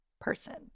person